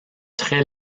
très